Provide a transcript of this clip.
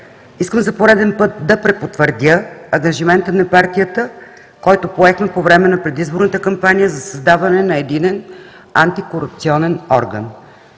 искам за пореден път да препотвърдя ангажимента на партията, който поехме по време на предизборната кампания, за създаване на единен антикорупционен орган.